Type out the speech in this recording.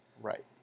Right